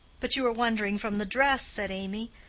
but you are wandering from the dress, said amy.